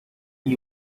and